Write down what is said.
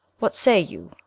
what say you,